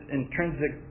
intrinsic